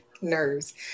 Nerves